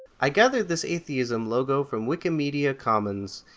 i gathered this atheism logo from wikimedia commons.